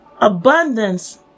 Abundance